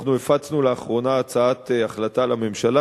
הפצנו לאחרונה הצעת החלטה לממשלה